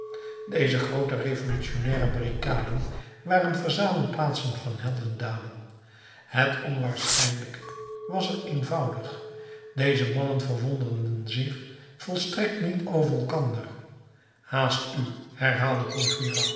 deze groote revolutionnaire barricaden waren verzamelplaatsen van heldendaden het onwaarschijnlijke was er eenvoudig deze mannen verwonderden zich volstrekt niet over elkander haast u herhaalde